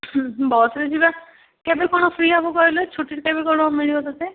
ବସ୍ରେ ଯିବା କେବେ କ'ଣ ଫ୍ରି ହେବୁ କହିଲୁ ଛୁଟି ଟାଇମ୍ କ'ଣ ମିଳିବ ତୋତେ